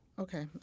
Okay